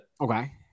okay